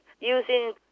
using